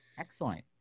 Excellent